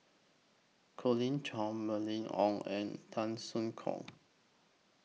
Colin Cheong Mylene Ong and Tan Soo Khoon